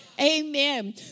Amen